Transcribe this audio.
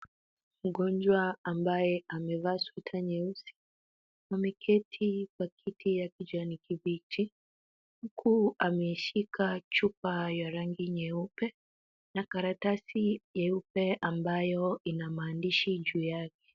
Mgonjwa ambaye amevaa Sweta nyeusi, ameketi Kwa kiti ya kijani kibichi huku ameishika chupa ya rangi nyeupe. na karatasi nyeupe ambayo inamaandishi juu yake.